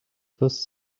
first